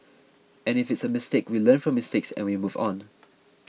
and if it's a mistake we learn from mistakes and we move on